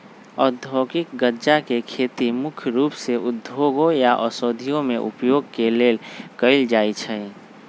औद्योगिक गञ्जा के खेती मुख्य रूप से उद्योगों या औषधियों में उपयोग के लेल कएल जाइ छइ